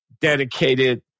dedicated